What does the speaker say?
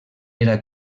era